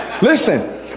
Listen